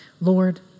Lord